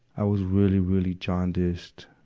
i was really, really jaundiced,